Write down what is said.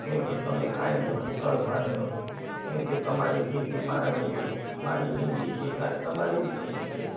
કેમકે તમે કંઈ નથી તલભારે નથી કેમકે તમારી જિંદગી મારા જેવી છે મારી જિંદગી છે એ કાલ તમારી બી થઈ શકે